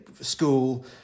school